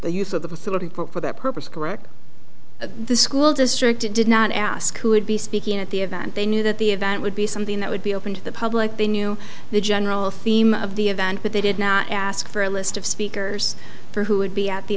the use of the facility for that purpose correct the school district did not ask who would be speaking at the event they knew that the event would be something that would be open to the public they knew the general theme of the event but they did not ask for a list of speakers for who would be at the